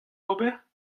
ober